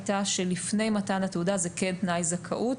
הייתה שלפני מתן התעודה זהו כן תנאי זכאות,